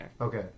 Okay